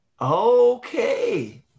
Okay